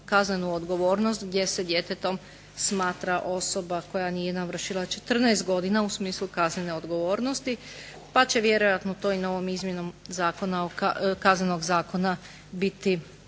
kaznenu odgovornost, gdje se djetetom smatra osoba koja nije navršila 14 godina, u smislu kaznene odgovornosti, pa će vjerojatno to i novom izmjenom zakona, Kaznenog zakona biti